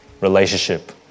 relationship